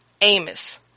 Amos